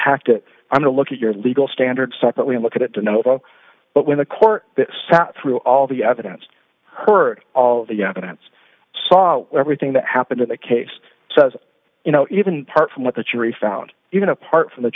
packed it i'm to look at your legal standard separately and look at it to know it all but when the court sat through all the evidence heard all the evidence saw everything that happened in the case says you know even part from what the jury found even apart from the